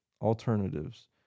alternatives